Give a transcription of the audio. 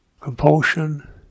compulsion